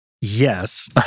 Yes